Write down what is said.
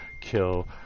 kill